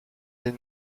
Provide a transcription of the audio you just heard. des